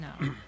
No